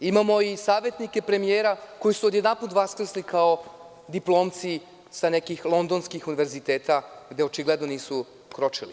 Imamo i savetnike premijera koji su odjedanput vaskrsli kao diplomci sa nekih londonskih univerziteta, gde očigledno nisu kročili.